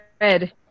red